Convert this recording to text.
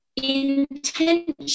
intention